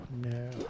no